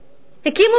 קיימו פגישות,